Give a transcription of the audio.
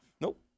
Nope